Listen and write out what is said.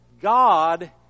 God